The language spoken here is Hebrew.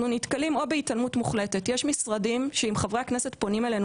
או בהתעלמות מוחלטת יש משרדים שאם חברי הכנסת פונים אלינו